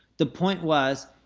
the point was,